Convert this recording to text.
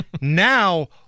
now